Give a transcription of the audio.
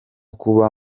kuba